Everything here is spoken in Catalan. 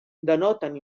denoten